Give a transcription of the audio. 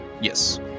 Yes